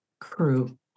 crew